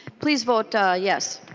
please vote yes.